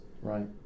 Right